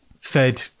fed